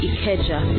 Ikeja